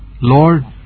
Lord